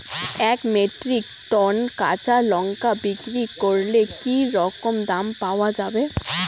এক metric ton কাঁচা লঙ্কা বিক্রি করলে কি রকম দাম পাওয়া যাবে?